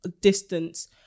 distance